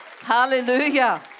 Hallelujah